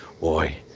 boy